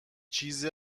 چیز